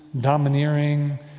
domineering